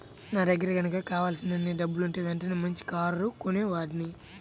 నా దగ్గర గనక కావలసినన్ని డబ్బులుంటే వెంటనే మంచి కారు కొనేవాడ్ని